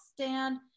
stand